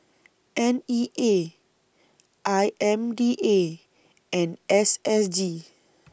N E A I M D A and S S G